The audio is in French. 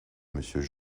monsieur